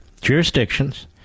jurisdictions